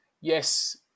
yes